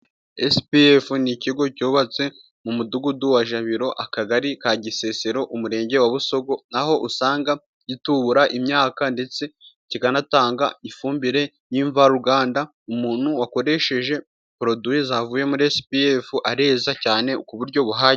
SPF ni ikigo cyubatse mu mudugudu wa Jabiro ,akagari ka Gisesero ,umurenge wa Busogo aho usanga gitubura imyaka ndetse kikanatanga ifumbire y'imvaruganda .Umuntu wakoresheje poroduwi avuye muri SPF areza cyane ku buryo buhagije.